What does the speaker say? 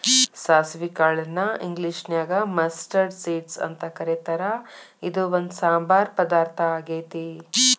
ಸಾಸವಿ ಕಾಳನ್ನ ಇಂಗ್ಲೇಷನ್ಯಾಗ ಮಸ್ಟರ್ಡ್ ಸೇಡ್ಸ್ ಅಂತ ಕರೇತಾರ, ಇದು ಒಂದ್ ಸಾಂಬಾರ್ ಪದಾರ್ಥ ಆಗೇತಿ